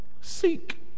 seek